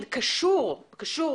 שקשור בחבל,